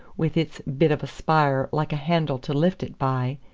with its bit of a spire like a handle to lift it by,